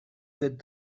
get